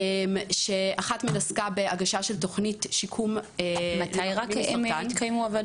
אחת מהן עסקה בהגשה של תוכנית שיקום --- מתי התקיימו הוועדות?